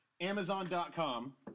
Amazon.com